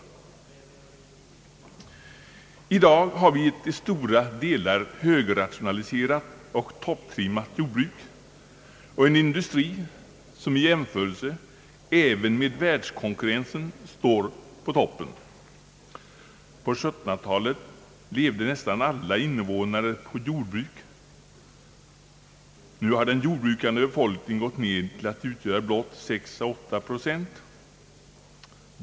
I dag har vi ett till stora delar högrationaliserat och topptrimmat jordbruk och en industri som i jämförelse även med världskonkurrensen står på toppen. På 1700-talet levde nästan alla invånare på jordbruk. Nu har den jordbrukande befolkningen gått ned till att utgöra blott 6 å 8 procent.